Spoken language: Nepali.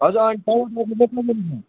हजुर अनि टमाटर चाहिँ कसरी छ